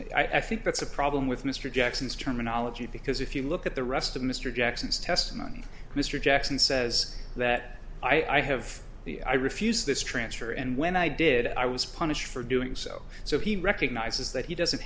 need i think that's a problem with mr jackson's terminology because if you look at the rest of mr jackson's testimony mr jackson says that i have the i refuse this transfer and when i did i was punished for doing so so he recognizes that he doesn't